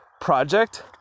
project